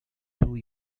two